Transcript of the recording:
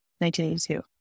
1982